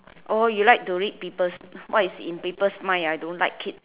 oh you like to read people's what is in people's mind I don't like it